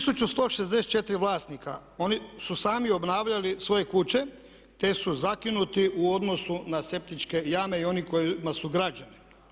1164 vlasnika, oni su sami obnavljali svoje kuće te su zakinuti u odnosu na septičke jame i onima koji su građene.